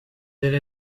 allez